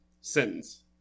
sentence